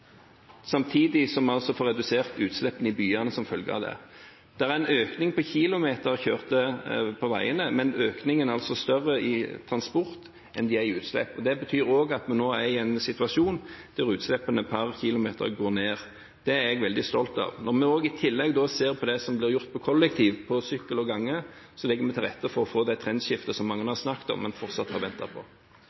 samtidig som vi altså får redusert utslippene i byene som følge av det. Det er en økning i antall kilometer kjørt på veiene, men økningen er større i transport enn de er i utslipp. Det betyr også at vi nå er i en situasjon der utslippene per kilometer går ned. Det er jeg veldig stolt av. Når vi i tillegg ser på det som blir gjort innen kollektivtrafikk, sykkel og gange, legger vi til rette for å få det trendskiftet som mange har snakket om, men fortsatt venter på.